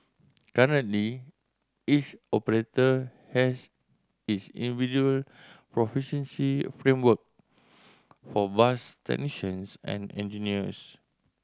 currently each operator has its individual proficiency framework for bus technicians and engineers